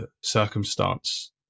circumstance